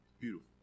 Beautiful